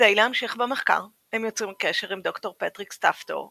כדי להמשיך במחקר הם יוצרים קשר עם ד"ר פטריק סטפטו ,